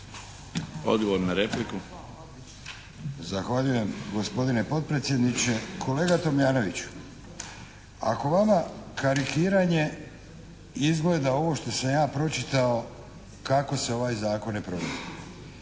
Antun (HNS)** Zahvaljujem gospodine potpredsjedniče. Kolega Tomljanoviću, ako vama karikiranje izgleda ovo što sam ja pročitao kako se ovaj zakon ne provodi.